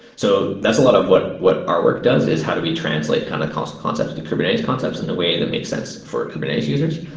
so that's a lot of what what our work does, is how do we translate kind of concepts to kubernetes concepts in a way that makes sense for kubernetes users?